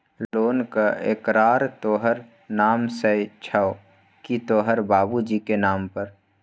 लोनक एकरार तोहर नाम सँ छौ की तोहर बाबुजीक नाम पर